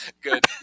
good